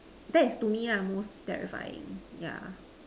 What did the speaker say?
that is to me ah most terrifying yeah